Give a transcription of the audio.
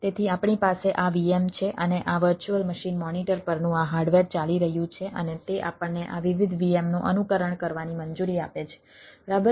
તેથી આપણી પાસે આ VM છે અને આ વર્ચ્યુઅલ મશીન મોનિટર પરનું આ હાર્ડવેર ચાલી રહ્યું છે અને તે આપણને આ વિવિધ VM નું અનુકરણ કરવાની મંજૂરી આપે છે બરાબર